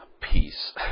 peace